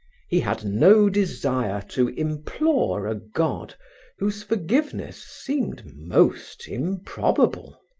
he had no desire to implore a god whose forgiveness seemed most improbable.